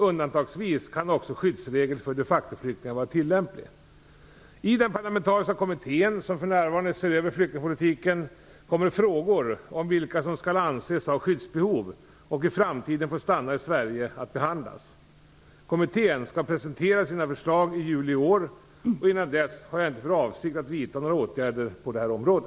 Undantagsvis kan också skyddsregeln för de facto-flyktingar vara tillämplig. I den parlamentariska kommitté som för närvarande ser över flyktingpolitiken kommer frågor om vilka som skall anses ha skyddsbehov och i framtiden få stanna i Sverige att behandlas. Kommittén skall presentera sina förslag i juli i år, och innan dess har jag inte för avsikt att vidta några åtgärder på detta område.